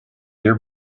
your